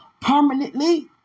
permanently